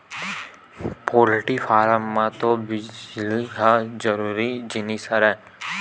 poultry farm म तो बिजली ह जरूरी जिनिस हरय